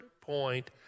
point